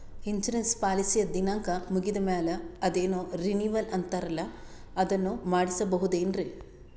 Insurance ಪಾಲಿಸಿಯ ದಿನಾಂಕ ಮುಗಿದ ಮೇಲೆ ಅದೇನೋ ರಿನೀವಲ್ ಅಂತಾರಲ್ಲ ಅದನ್ನು ಮಾಡಿಸಬಹುದೇನ್ರಿ?